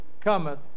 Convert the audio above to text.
cometh